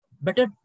Better